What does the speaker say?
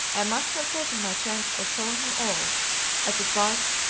i must have taken my chance or shown him all as it was,